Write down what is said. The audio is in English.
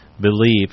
believe